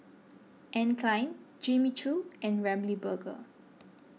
Anne Klein Jimmy Choo and Ramly Burger